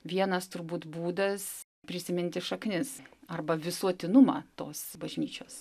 vienas turbūt būdas prisiminti šaknis arba visuotinumą tos bažnyčios